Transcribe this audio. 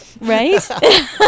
Right